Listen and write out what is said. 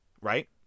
right